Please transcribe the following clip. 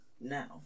Now